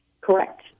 Correct